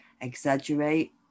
exaggerate